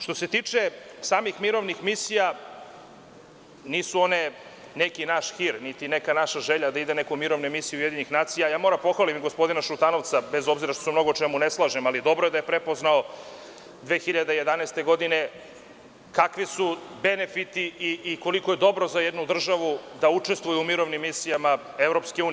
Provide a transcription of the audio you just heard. Što se tiče samih mirovnih misija, nisu one neki naš hir, niti neka naša želja da ide neko u mirovnu misiju UN, ali moram da pohvalim i gospodina Šutanovca, bez obzira što se u mnogo čemu ne slažemo, ali dobro je da je prepoznao 2011. godine kakvi su benefiti i koliko je dobro za jednu državu da učestvuje u mirovnim misijama EU.